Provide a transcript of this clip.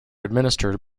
administered